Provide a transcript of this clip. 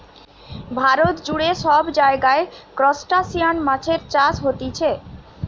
ভারত জুড়ে সব জায়গায় ত্রুসটাসিয়ান মাছের চাষ হতিছে